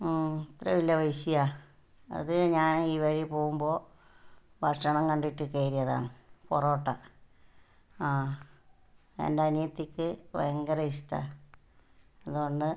ഉം ഇത്ര വലിയ പൈസയോ അത് ഞാൻ ഈ വഴി പോവുമ്പോൾ ഭക്ഷണം കണ്ടിട്ട് കയറിയതാണ് പൊറോട്ട ആ എൻ്റെ അനിയത്തിക്ക് ഭയങ്കര ഇഷ്ടം ആണ് അതുകൊണ്ട്